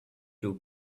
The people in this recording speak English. too